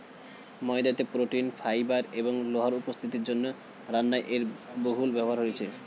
ময়দাতে protein, fibre এবং লোহার উপস্থিতির জন্য রান্নায় এর বহুল ব্যবহার রয়েছে